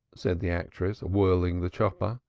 said the actress whirling the chopper,